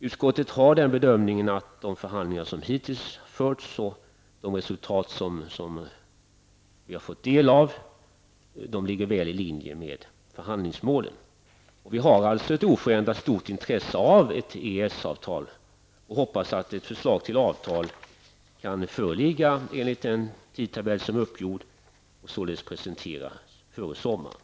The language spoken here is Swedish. Utskottet gör den bedömningen att de förhandlingar som hittills förts och de resultat som vi hittills fått del av ligger väl i linje med förhandlingsmålen. Vi har oförändrat stort intresse av ett EES-avtal och hoppas att ett förslag till avtal kan föreligga enligt den tidtabell som är uppgjord och således presenteras före sommaren.